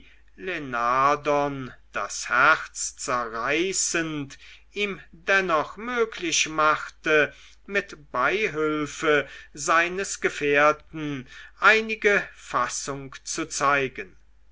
das herz zerreißend ihm dennoch möglich machte mit beihülfe seines gefährten einige fassung zu zeigen